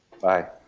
Bye